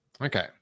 Okay